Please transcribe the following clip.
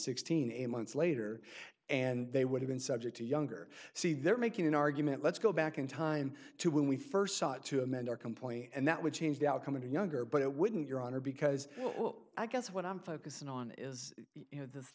sixteen eight months later and they would have been subject to a younger c they're making an argument let's go back in time to when we first saw to amend our complaint and that would change the outcome of the younger but it wouldn't your honor because well i guess what i'm focusing on is you know